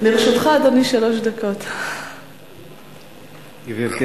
הצעות דחופות לסדר-היום מס' 5784,